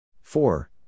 four